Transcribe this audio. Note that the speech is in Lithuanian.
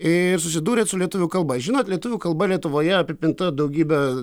ir susidūrėt su lietuvių kalba žinot lietuvių kalba lietuvoje apipinta daugybe